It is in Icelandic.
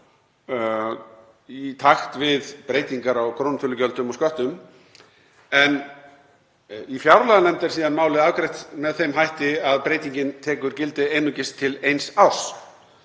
í takt við breytingar á krónutölugjöldum og sköttum. En í fjárlaganefnd er síðan málið afgreitt með þeim hætti að breytingin tekur gildi einungis til eins árs